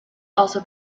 also